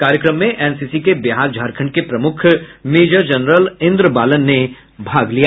कार्यक्रम में एनसीसी के बिहार झारखंड के प्रमुख मेजर जनरल इंद्रबालन ने भी भाग लिया